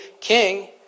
king